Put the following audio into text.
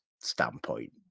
standpoint